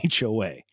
HOA